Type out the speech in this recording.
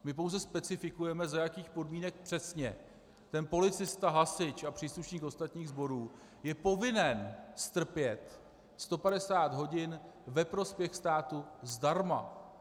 My pouze specifikujeme, za jakých podmínek přesně ten policista, hasič a příslušník ostatních sborů je povinen strpět 150 hodin ve prospěch státu zdarma.